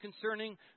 concerning